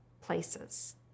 places